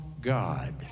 God